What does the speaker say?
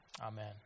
Amen